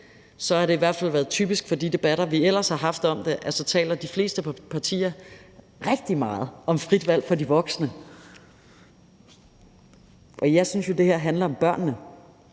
at det i hvert fald i de debatter, vi ellers har haft om det, har været typisk, at de fleste partier taler rigtig meget om frit valg for de voksne – og jeg synes jo, at det her handler om børnene.